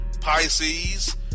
Pisces